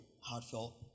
heartfelt